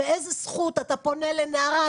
באיזו זכות אתה פונה לנערה?